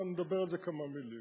עכשיו נאמר על זה כמה מלים.